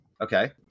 Okay